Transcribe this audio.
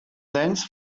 thence